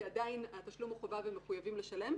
כי עדיין התשלום הוא חובה והם מחויבים לשלם,